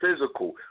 physical